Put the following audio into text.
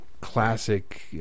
classic